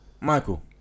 Michael